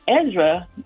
Ezra